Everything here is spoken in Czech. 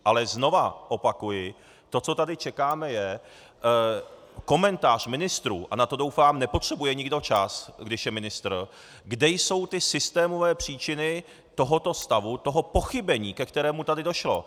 Ale znova opakuji, co tu čekáme, je komentář ministrů, a na to doufám nepotřebuje nikdo čas, když je ministr, kde jsou ty systémové příčiny tohoto stavu, toho pochybení, ke kterému došlo.